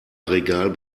regal